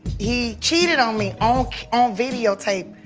he cheated on me on on videotape.